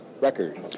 record